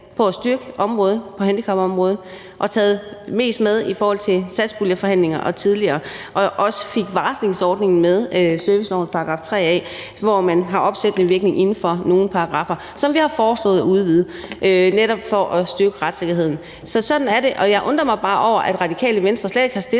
om at styrke handicapområdet og taget mest med i forhold til satspuljeforhandlinger tidligere, og vi fik også varslingsordningen med, servicelovens § 3 a, hvor man har opsættende virkning inden for nogle paragraffer, som vi har foreslået at udvide, netop for at styrke retssikkerheden. Så sådan er det, og jeg undrer mig bare over, at Radikale Venstre slet ikke har fremsat